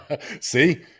see